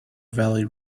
valley